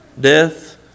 death